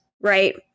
right